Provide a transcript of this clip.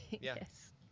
Yes